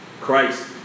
Christ